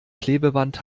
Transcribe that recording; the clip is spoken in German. klebeband